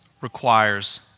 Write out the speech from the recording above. requires